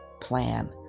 plan